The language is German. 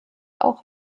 auch